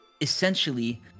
essentially